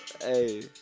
Hey